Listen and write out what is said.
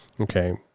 Okay